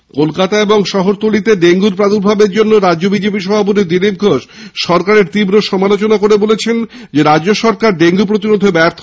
এদিকে কলকাতা ও শহরতলিতে ডেঙ্গুর প্রার্দুভাবের জন্য রাজ্য বিজেপি সভাপতি দিলীপ ঘোষ সরকারের তীব্র সমালোচনা করে বলেছেন রাজ্য সরকার ডেঙ্গু প্রতিরোধে ব্যার্থ